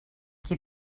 qui